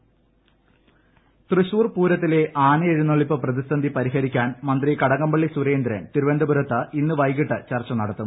തൃശൂർ പൂരം തൃശൂർ പൂരത്തിലെ ആനയെഴുന്നള്ളിപ്പ് പ്രതിസന്ധി പരിഹരിക്കാൻ മന്ത്രി കടകംപള്ളി സുരേന്ദ്രൻ ക്തിരുവ്നന്തപുരത്ത് ഇന്ന് വൈകിട്ട് ചർച്ച നടത്തും